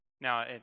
Now